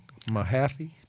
Mahaffey